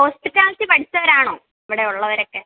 hospitality പഠിച്ചവരാണോ ഇവിടെ ഉള്ളവരൊക്കെ